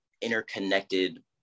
interconnected